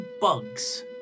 bugs